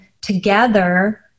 together